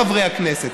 חברי הכנסת.